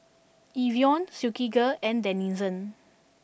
Evian Silkygirl and Denizen